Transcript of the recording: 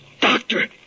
Doctor